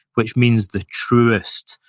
which means the truest,